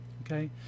Okay